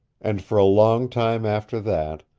and for a long time after that,